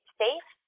safe